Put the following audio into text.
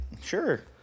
Sure